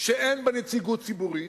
שאין בה נציגות ציבורית,